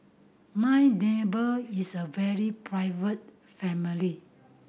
my neighbour is a very private family